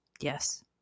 yes